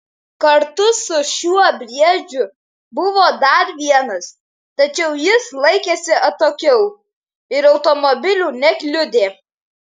kartu su šiuo briedžiu buvo dar vienas tačiau jis laikėsi atokiau ir automobilių nekliudė